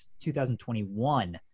2021